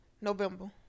november